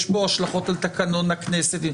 יש לו השלכות על תקנון הכנסת.